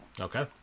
Okay